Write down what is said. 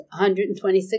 126